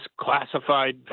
classified